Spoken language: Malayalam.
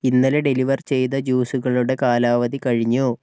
ഇന്നലെ ഡെലിവർ ചെയ്ത ജ്യൂസുകളുടെ കാലാവധി കഴിഞ്ഞു